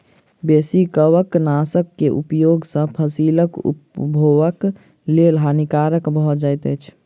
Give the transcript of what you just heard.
बेसी कवकनाशक के उपयोग सॅ फसील उपभोगक लेल हानिकारक भ जाइत अछि